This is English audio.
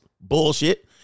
bullshit